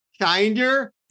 kinder